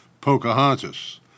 Pocahontas